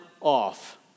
off